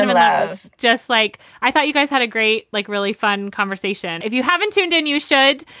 love. just like i thought you guys had a great, like, really fun conversation. if you haven't tuned in, you should,